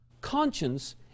Conscience